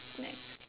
next